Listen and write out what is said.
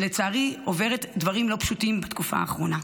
שלצערי עוברת דברים לא פשוטים בתקופה האחרונה.